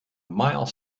mile